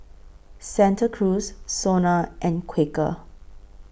Santa Cruz Sona and Quaker